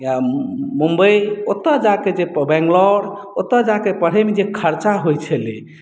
या मुम्बई ओतय जाकऽ जे पढ़ै बैंगलोर ओतय जा कऽ जे पढ़यमे खर्चा होइत छलै